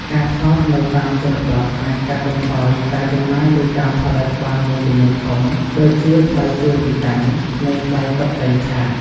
ការថតនៅតាមជនបទអាចកាត់បន្ថយការចំណាយលើការផលិតបានមួយចំនួនធំ ដូចជា ថ្លៃជួលទីតាំង និងថ្លៃតុបតែងឆាក។